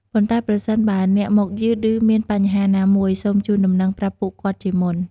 ប៉ុន្តែប្រសិនបើអ្នកមកយឺតឬមានបញ្ហាណាមួយ សូមជូនដំណឹងប្រាប់ពួកគាត់ជាមុន។